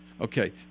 Okay